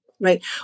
right